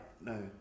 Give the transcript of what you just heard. no